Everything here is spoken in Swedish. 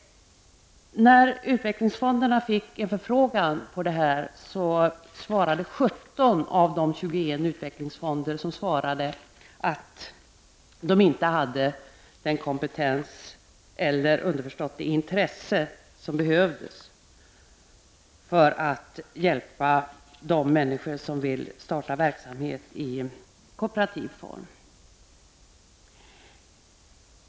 När utvecklingsfonderna fick en förfrågan om detta, svarade 17 av de 21 utvecklingsfonderna att de inte hade den kompetens, eller underförstått det intresse, som behövdes för att hjälpa de människor som vill starta verksamhet i kooperativ form.